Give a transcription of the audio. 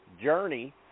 journey